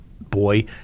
boy